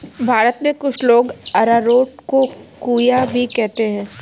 भारत में कुछ लोग अरारोट को कूया भी कहते हैं